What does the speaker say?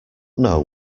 know